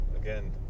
again